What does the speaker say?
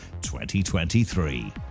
2023